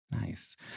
Nice